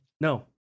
No